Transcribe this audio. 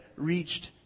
reached